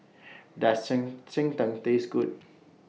Does Cheng Cheng Tng Taste Good